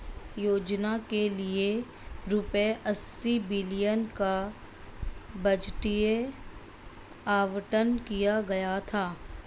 योजना के लिए रूपए अस्सी बिलियन का बजटीय आवंटन किया गया था